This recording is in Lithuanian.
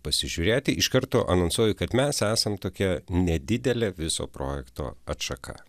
pasižiūrėti iš karto anonsuoju kad mes esam tokia nedidelė viso projekto atšaka